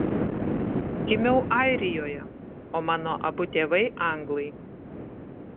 gimiau airijoje o mano abu tėvai anglai